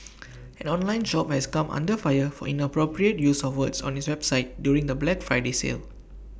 an online shop has come under fire for inappropriate use of words on its website during the Black Friday sale